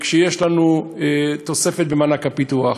כשיש לנו תוספת במענק הפיתוח,